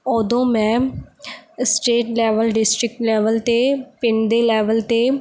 ਓਦੋਂ ਮੈਂ state level district level 'ਤੇ ਪਿੰਡ ਦੇ ਲੈਵਲ 'ਤੇ